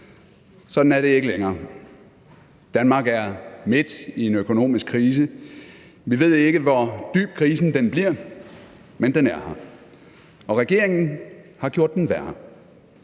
Sådan er det ikke længere. Danmark er midt i en økonomisk krise. Vi ved ikke, hvor dyb krisen bliver, men den er her. Og regeringen har gjort den værre.